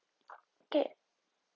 K